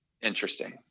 interesting